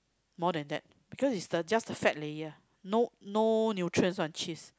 more than that because is the just a fat layer no no nutrients one cheese